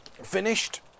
finished